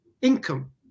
Income